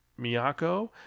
Miyako